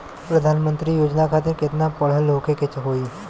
प्रधानमंत्री योजना खातिर केतना पढ़ल होखे के होई?